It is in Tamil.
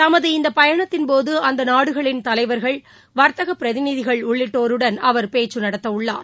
தமது இந்த பயணத்தின்போது அந்த நாடுகளின் தலைவர்கள் வர்த்தக பிரதிநிதிகள் உள்ளிட்டோருடன் அவர் பேச்சு நடத்தவுள்ளார்